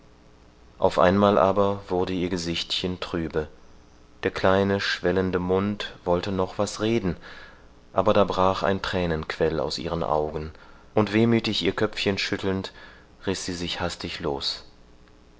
auf einmal aber wurde ihr gesichtchen trübe der kleine schwellende mund wollte noch was reden aber da brach ein thränenquell aus ihren augen und wehmüthig ihr köpfchen schüttelnd riß sie sich hastig los